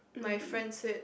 my friend said